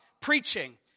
preaching